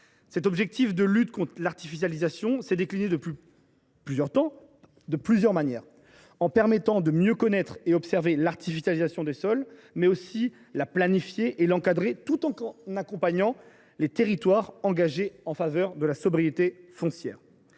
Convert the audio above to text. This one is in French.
Cet objectif de lutte contre l’artificialisation s’est décliné de plusieurs manières. Il permet de mieux connaître et d’observer l’artificialisation des sols, mais aussi de planifier et d’encadrer le ZAN, tout en accompagnant les territoires engagés en faveur de la sobriété foncière.